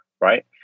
right